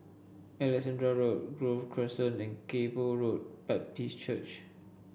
Alexandra Road Grove Crescent and Kay Poh Road Baptist Church